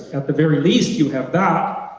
at the very least, you have that.